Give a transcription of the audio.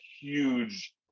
huge